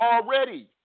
already